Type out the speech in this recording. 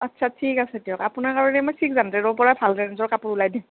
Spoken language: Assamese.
আচ্ছা ঠিক আছে দিয়ক আপোনাৰ কাৰণে মই ছিক্স হাণড্ৰেদৰ পৰা ভাল ৰেইঞ্জৰ কাপোৰ ওলাই দিম